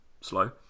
slow